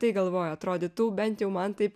tai galvoja atrodytų bent jau man taip